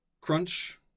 crunch